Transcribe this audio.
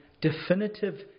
definitive